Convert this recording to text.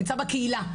נמצא בקהילה.